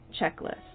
checklist